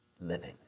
living